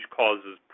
causes